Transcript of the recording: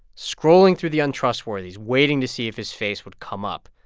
scrolling through the untrustworthies, waiting to see if his face would come up.